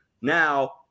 Now